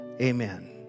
Amen